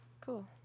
Cool